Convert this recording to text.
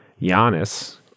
Giannis